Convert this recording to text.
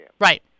Right